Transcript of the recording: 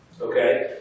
Okay